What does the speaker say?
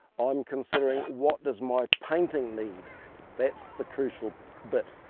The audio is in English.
i'm considering what does my painting need that's the crucial bit.